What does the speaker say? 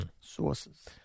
Sources